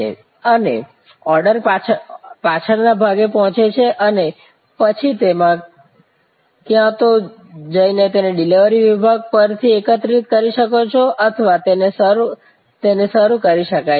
અને ઓર્ડર પાછાળ ના ભાગે પહોંચે છે અને પછી તમે ક્યાં તો જઈને તેને ડિલિવરી વિભાગ પરથી એકત્રિત કરી શકો છો અથવા તેને સર્વ કરી શકાય છે